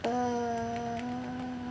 err